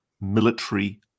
military